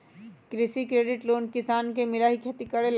कृषि credit loan किसान के मिलहई खेती करेला?